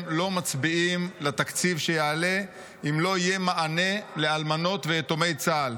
לא מצביעים לתקציב שיעלה אם לא יהיה מענה לאלמנות ויתומי צה"ל.